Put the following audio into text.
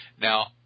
Now